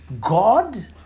God